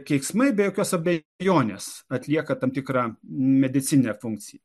keiksmai be jokios abejonės atlieka tam tikrą medicininę funkciją